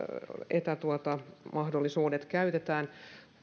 etämahdollisuudet käytetään